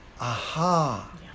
aha